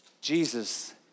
Jesus